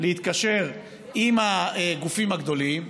להתקשר עם הגופים הגדולים,